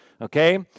okay